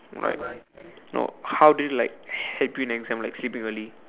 like how they like help you in exam like sleeping early